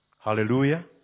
Hallelujah